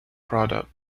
product